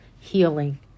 Healing